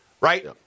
right